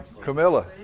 Camilla